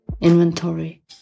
inventory